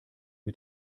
mit